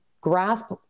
grasp